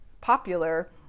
popular